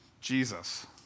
Jesus